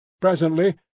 Presently